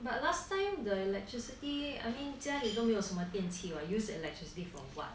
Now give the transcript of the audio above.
but last time the electricity I mean 家里都没有什么电器 what use electricity for what